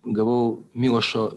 gavau milošo